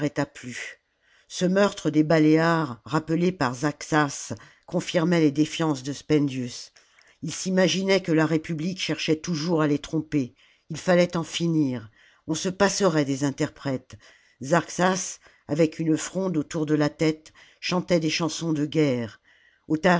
plus ce meurtre des baléares rappelé par zarxas confirmait les défiances de spendius ils s'imaginaient que la république cherchait toujours à les tromper il fallait en finir on se passerait des interprètes zarxas avec une fronde autour de la tête chantait des chansons de guerre